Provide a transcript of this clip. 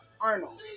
Arnold